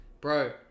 Bro